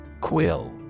Quill